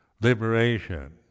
liberation